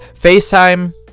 FaceTime